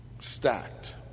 Stacked